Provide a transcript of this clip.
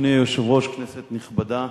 אדוני היושב-ראש, כנסת נכבדה,